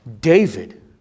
David